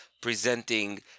presenting